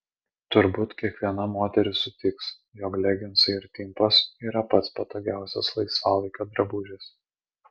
turbūt kiekviena moteris sutiks jog leginsai ir timpos yra pats patogiausias laisvalaikio drabužis